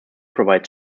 provide